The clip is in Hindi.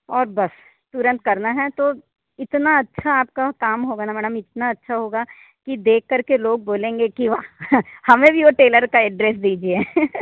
और बस तुरंत करना है तो इतना अच्छा आपका काम होगा ना मैडम इतना अच्छा होगा की देख करके लोग बोलेंगे कि वाह हमें भी वो टेलर का अड्रेस दीजिए